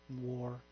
war